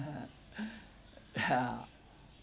ya